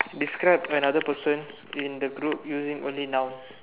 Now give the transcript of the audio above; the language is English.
describe another person in the group using only nouns